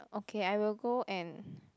okay I will go and